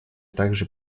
также